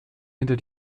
hinter